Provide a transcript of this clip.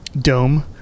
dome